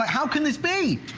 how could this be?